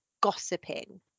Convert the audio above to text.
gossiping